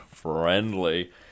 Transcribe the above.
friendly